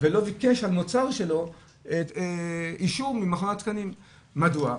ולא ביקש על מוצר שלו אישור ממכון התקנים, מדוע?